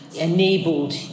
enabled